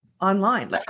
online